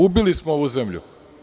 Ubili smo ovu zemlju.